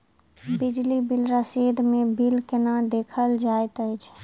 बिजली बिल रसीद मे बिल केना देखल जाइत अछि?